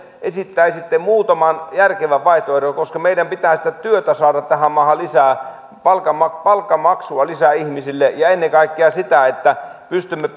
muutaman järkevän vaihtoehdon koska meidän pitää työtä saada tähän maahan lisää palkanmaksua palkanmaksua lisää ihmisille ja ennen kaikkea sitä että pystymme